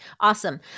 Awesome